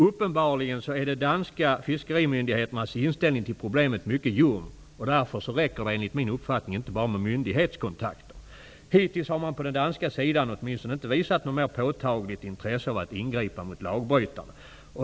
Uppenbarligen är de danska fiskerimyndigheternas inställning till problemet mycket ljumt. Därför räcker det enligt min uppfattning inte bara med myndighetskontakter. Hittills har man på den danska sidan åtminstone inte visat något mer påtagligt intresse av att ingripa mot lagbrytare.